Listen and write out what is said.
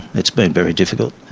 it's been very difficult.